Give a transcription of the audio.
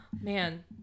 Man